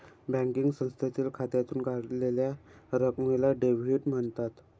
banking संस्थेतील खात्यातून काढलेल्या रकमेला डेव्हिड म्हणतात